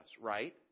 Right